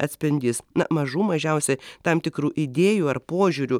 atspindys na mažų mažiausia tam tikrų idėjų ar požiūrių